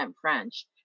French